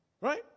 Right